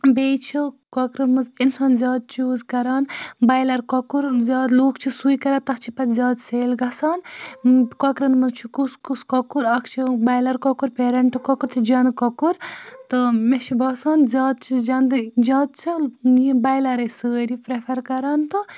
بیٚیہِ چھُ کۄکرَن منٛز اِنسان زیادٕ چوٗز کَران بایلَر کۄکُر زیادٕ لوٗکھ چھِ سُے کَران تَتھ چھِ پَتہٕ زیادٕ سیل گَژھان کۄکرَن منٛز چھُ کُس کُس کۄکُر اَکھ چھُ بایلَر کۄکُر پیرنٛٹ کۄکُر تہٕ جَنٛدٕ کۄکُر تہٕ مےٚ چھِ باسان زیادٕ چھِ جَنٛدٕے زیادٕ چھِ یِم بایلَرٕے سٲری پرٛٮ۪فَر کَران تہٕ